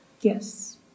Yes